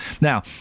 now